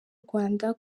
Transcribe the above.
rwanda